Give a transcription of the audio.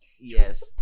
Yes